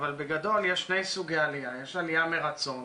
אבל בגדול יש שני סוגי עלייה, יש עלייה מרצון,